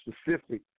specific